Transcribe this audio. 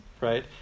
right